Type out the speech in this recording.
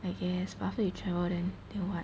I guess after you travel then then what